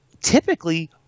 typically